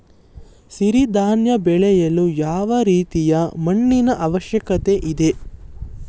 ಸಿರಿ ಧಾನ್ಯ ಬೆಳೆಯಲು ಯಾವ ರೀತಿಯ ಮಣ್ಣಿನ ಅವಶ್ಯಕತೆ ಇದೆ?